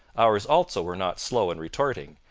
ours also were not slow in retorting,